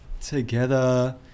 together